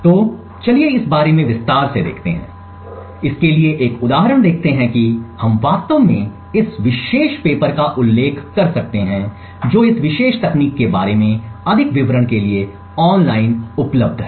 तो चलिए इसके बारे में विस्तार से देखते हैं तो इसके लिए एक उदाहरण देखते हैं कि हम वास्तव में इस विशेष पेपर का उल्लेख कर सकते हैं जो इस विशेष तकनीक के बारे में अधिक विवरण के लिए ऑनलाइन उपलब्ध है